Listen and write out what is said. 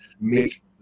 make